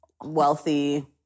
Wealthy